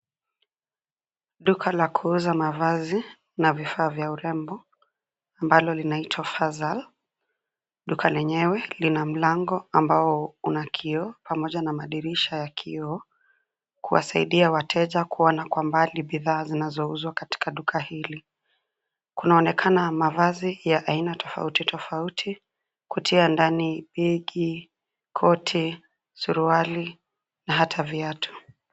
Duka la kuuza mavazi, na vifaa vya urembo, ambalo linaitwa FAZAL , duka lenyewe lina mlango ambao una kioo pamoja na madirisha ya kioo, kuwasaidia wateja kuona kwa mbali bidhaa zinazouzwa katika duka hili. Kunaonekana mavazi ya aina tofauti tofauti, kutia ndani begi, koti, suruali na hata viatu.